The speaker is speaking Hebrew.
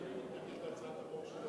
ואם אני מתנגד להצעת החוק שלו,